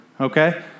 Okay